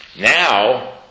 now